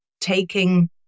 taking